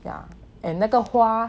yeah and 那个花